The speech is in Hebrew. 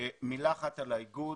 מילה אחת על האיגוד.